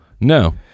No